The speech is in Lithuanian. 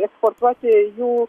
eksportuoti jų